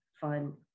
fun